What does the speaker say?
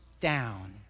down